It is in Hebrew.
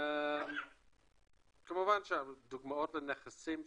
כמובן שהדוגמאות של נכסים,